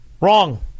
Wrong